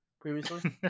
previously